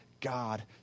God